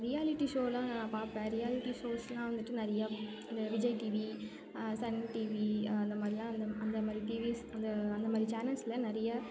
reality ஷோலாம் நான் பார்ப்பேன் ரியாலிட்டி ஷோஸ்லாம் வந்துட்டு நிறையா இந்த விஜய் டிவி சன் டிவி அந்த மாதிரிலாம் அந் அந்த மாதிரி டிவிஸ் அந்த அந்த மாதிரி சேனல்ஸ்ல நிறைய